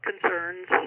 concerns